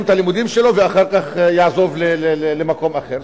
את הלימודים שלו ואחר כך יעזוב למקום אחר.